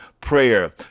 prayer